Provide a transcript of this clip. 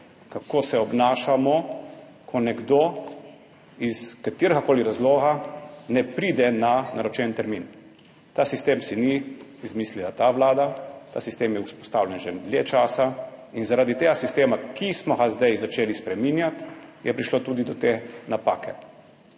kako se obnašamo, ko nekdo iz kateregakoli razloga ne pride na naročen termin. Tega sistema si ni izmislila ta vlada, ta sistem je vzpostavljen že dlje časa. In zaradi tega sistema, ki smo ga zdaj začeli spreminjati, je prišlo tudi do te napake.